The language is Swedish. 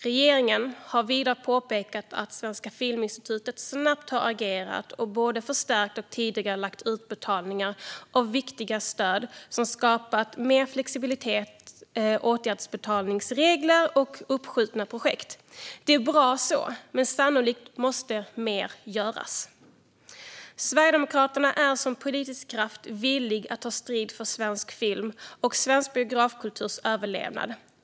Regeringen har vidare påpekat att Svenska Filminstitutet snabbt har agerat och både förstärkt och tidigarelagt utbetalningar av viktiga stöd samt skapat mer flexibilitet när det gäller återbetalningsregler och uppskjutna projekt. Det är bra så, men sannolikt måste mer göras. Sverigedemokraterna är som politisk kraft villiga att ta strid för svensk film och för svensk biografkulturs överlevnad.